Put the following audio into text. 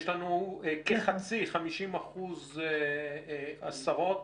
יש לנו כ-50% הסרות,